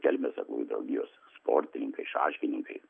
kelmės aklųjų draugijos sportininkai šaškininkai